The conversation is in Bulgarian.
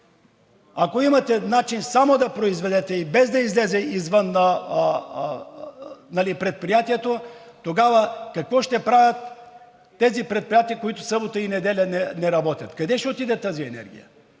Ако имате начин само да произведете, без да излезе извън предприятието, тогава какво ще правят тези предприятия, които събота и неделя не работят? Къде ще отиде тази енергия?